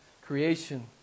creation